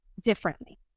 differently